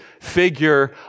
figure